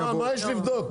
מה יש לבדוק?